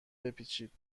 بپیچید